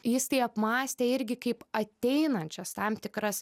jis tai apmąstė irgi kaip ateinančias tam tikras